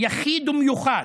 יחיד ומיוחד,